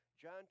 John